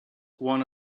one